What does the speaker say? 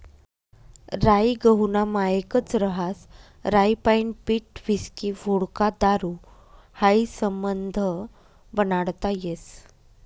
राई गहूना मायेकच रहास राईपाईन पीठ व्हिस्की व्होडका दारू हायी समधं बनाडता येस